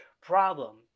problem